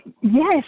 Yes